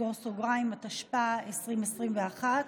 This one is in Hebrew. התשפ"א 2021,